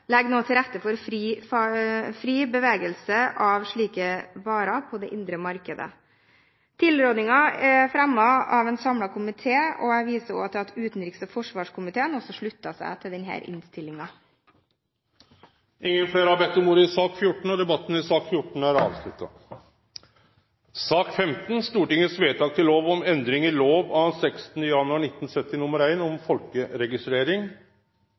legger nå til rette for fri bevegelse av slike varer på det indre markedet. Tilrådingen er fremmet av en samlet komité, og jeg viser til at utenriks- og forsvarskomiteen også slutter seg til denne innstillingen. Fleire har ikkje bedt om ordet til sak nr. 14. Ingen har bedt om ordet. Ingen har bedt om ordet. Ingen har bedt om